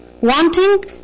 Wanting